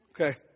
Okay